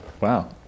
Wow